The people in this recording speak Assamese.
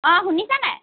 অঁ শুনিছেনে